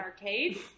Arcade